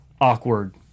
awkward